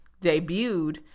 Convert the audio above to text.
debuted